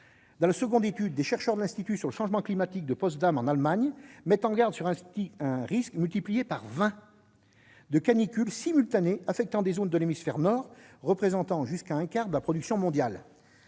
Deuxièmement, des chercheurs de l'Institut sur le changement climatique de Potsdam, en Allemagne, mettent en garde contre le risque « multiplié par vingt » de canicules simultanées affectant des zones de l'hémisphère Nord représentant jusqu'à un quart de la production mondiale.